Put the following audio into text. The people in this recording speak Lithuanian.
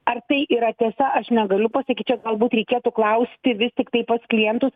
ar tai yra tiesa aš negaliu pasakyt čia galbūt reikėtų klausti vis tiktai pats klientus